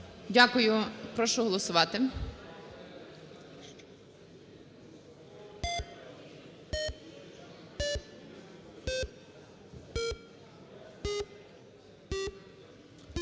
Дякую. Прошу голосувати.